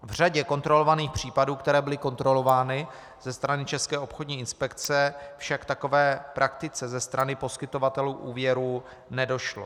V řadě kontrolovaných případů, které byly kontrolovány ze strany České obchodní inspekce, však k takové praktice ze strany poskytovatelů úvěrů nedošlo.